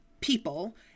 people